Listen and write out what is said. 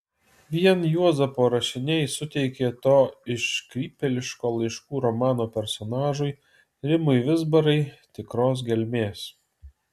vien juozapo rašiniai suteikė to iškrypėliško laiškų romano personažui rimui vizbarai tikros gelmės